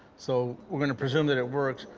so we're going to presume that it works.